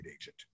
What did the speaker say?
agent